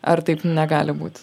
ar taip negali būt